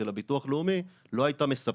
של הביטוח לאומי לא הייתה מספקת,